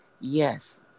yes